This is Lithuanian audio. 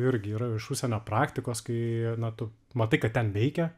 irgi yra iš užsienio praktikos kai na tu matai kad ten veikia